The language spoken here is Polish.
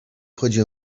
chodzi